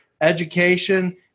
education